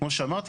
כמו שאמרתי,